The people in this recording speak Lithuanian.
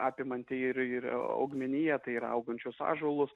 apimanti ir ir augmeniją ir augančius ąžuolus